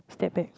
step backs